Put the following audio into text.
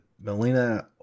Melina